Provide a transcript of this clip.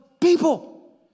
people